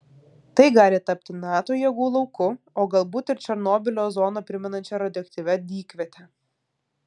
tai gali tapti nato jėgų lauku o galbūt ir černobylio zoną primenančia radioaktyvia dykviete